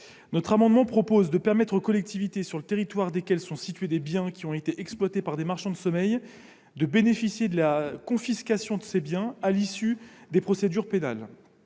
Notre amendement a pour objet de permettre aux collectivités locales, sur le territoire desquelles sont situés des biens qui ont été exploités par des marchands de sommeil, de bénéficier de la confiscation de ces biens à l'issue des procédures pénales.